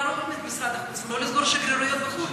משרד החוץ, ולא לסגור שגרירויות בחו"ל.